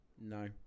No